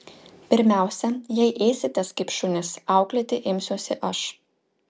pirmiausia jei ėsitės kaip šunys auklėti imsiuosi aš